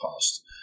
past